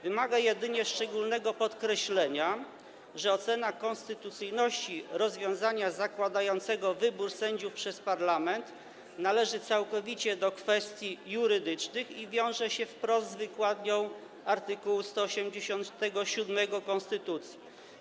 Wymaga jedynie szczególnego podkreślenia, że ocena konstytucyjności rozwiązania zakładającego wybór sędziów przez parlament należy całkowicie do kwestii jurydycznych i wiąże się wprost z wykładnią art. 187 konstytucji.